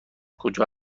کجا